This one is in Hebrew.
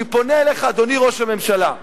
אני פונה אליך, אדוני ראש הממשלה.